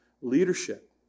leadership